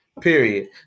Period